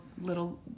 little